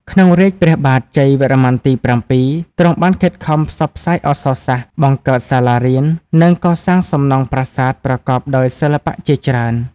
ក្នុងរាជ្យព្រះបាទជ័យវរ្ម័នទី៧ ទ្រង់បានខិតខំផ្សព្វផ្សាយអក្សរសាស្ត្រ បង្កើតសាលារៀន និងកសាងសំណង់ប្រាសាទប្រកបដោយសិល្បៈជាច្រើន។